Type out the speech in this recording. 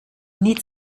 need